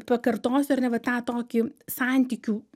pakartosiu ar ne va tą tokį santykių